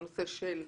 הנושא של סימון,